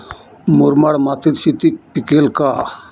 मुरमाड मातीत शेती पिकेल का?